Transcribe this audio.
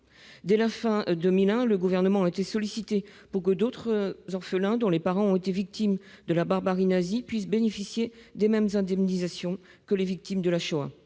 Dès la fin de 2001, le Gouvernement a été sollicité pour que d'autres orphelins de victimes de la barbarie nazie puissent bénéficier des mêmes indemnisations que les victimes de la Shoah.